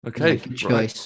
Okay